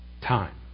Time